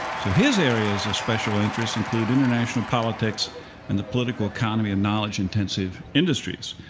so his areas of special interest include international politics and the political economy in knowledge-intensive industries.